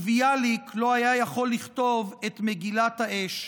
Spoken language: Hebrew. וביאליק לא היה יכול לכתוב את 'מגילת האש'".